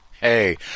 hey